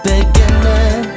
Beginning